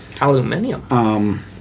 Aluminium